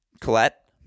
Colette